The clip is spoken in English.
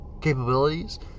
capabilities